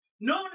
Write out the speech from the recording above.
No